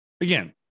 again